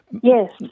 Yes